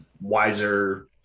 wiser